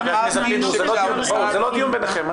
אמרתי ש --- בואו, זה לא דיון ביניכם.